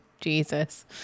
Jesus